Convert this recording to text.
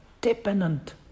dependent